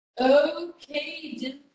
okay